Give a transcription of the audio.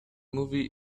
movie